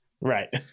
Right